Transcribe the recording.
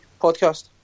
podcast